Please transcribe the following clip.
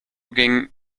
ging